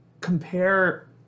compare –